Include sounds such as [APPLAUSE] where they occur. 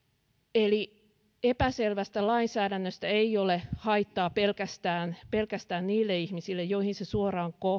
eli epäselvästä lainsäädännöstä ei ole haittaa pelkästään [UNINTELLIGIBLE] [UNINTELLIGIBLE] [UNINTELLIGIBLE] [UNINTELLIGIBLE] pelkästään niille ihmisille joihin se suoraan